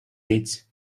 reads